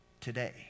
today